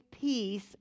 peace